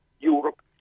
Europe